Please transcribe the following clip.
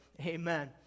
Amen